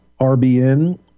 RBN